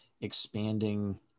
expanding